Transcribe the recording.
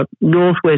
Northwest